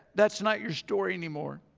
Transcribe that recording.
that's not your story anymore.